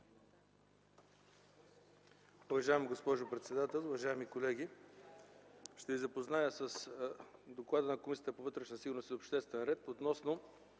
Уважаема госпожо председател, уважаеми колеги, ще ви запозная с „Д О К Л А Д на Комисията по вътрешна сигурност и обществен ред относно